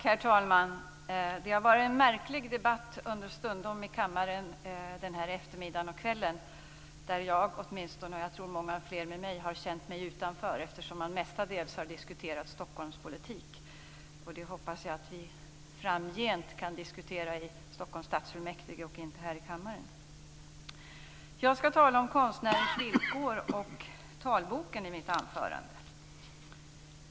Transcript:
Herr talman! Det har understundom varit en märklig debatt i kammaren den här eftermiddagen och kvällen. Åtminstone jag - och jag tror att det är många fler med mig - har känt mig utanför, eftersom man mestadels har diskuterat Stockholmspolitik. Det hoppas jag att vi framgent kan diskutera i Stockholms stadsfullmäktige och inte här i kammaren. Jag ska tala om konstnärers villkor och talboken i mitt anförande.